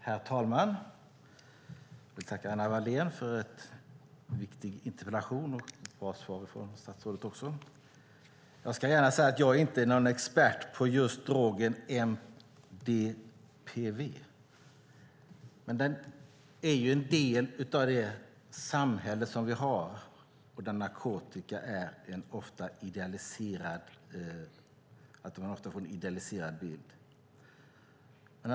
Herr talman! Jag tackar Anna Wallén för en viktig interpellation och statsrådet för ett bra svar. Jag ska gärna säga att jag inte är någon expert på just drogen MDPV, men den är en del av det samhälle vi har där man ofta får en idealiserad bild av narkotika. Herr talman!